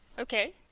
okay